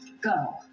go